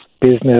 business